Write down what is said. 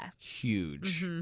Huge